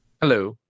Hello